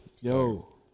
Yo